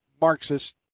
Marxist